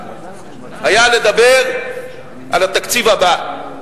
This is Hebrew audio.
היה לדבר על התקציב הבא.